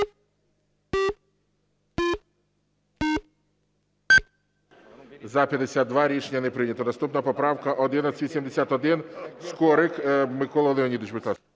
За-52 Рішення не прийнято. Наступна поправка 1181. Скорик Микола Леонідович,